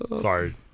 Sorry